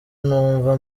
numva